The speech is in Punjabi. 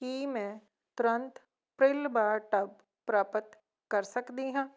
ਕੀ ਮੈਂ ਤੁਰੰਤ ਪ੍ਰਿਲ ਬਾਰ ਟੱਬ ਪ੍ਰਾਪਤ ਕਰ ਸਕਦੀ ਹਾਂ